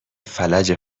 فلج